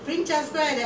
two rooms one hall